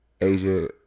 Asia